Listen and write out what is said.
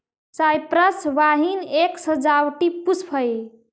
cypress vine एक सजावटी पुष्प हई